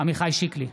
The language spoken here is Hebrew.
עמיחי שיקלי,